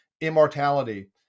immortality